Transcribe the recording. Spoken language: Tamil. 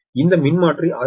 இந்த மின்மாற்றி 6